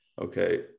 okay